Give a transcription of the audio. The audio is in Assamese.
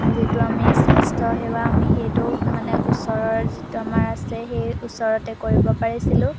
যিটো আমি স্বাস্থ্যসেৱা আমি সেইটো মানে ওচৰৰ যিটো আমাৰ আছে সেই ওচৰতে কৰিব পাৰিছিলোঁ